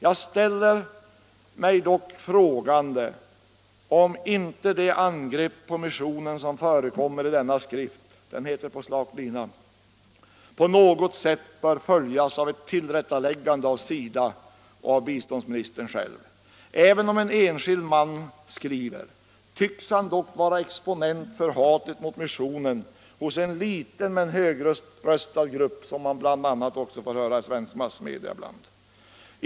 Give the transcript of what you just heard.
Jag ställer dock frågan om inte det angrepp på missionen som förekommer i denna skrift — boken heter På slak lina — på något sätt bör följas av ett tillrättaläggande från SIDA och biståndsministern själv. Även om det är en enskild man som skriver, tycks han dock vara exponent för hatet mot missionen hos en liten men högröstad grupp, som man får höra i massmedia ibland.